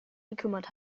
gekümmert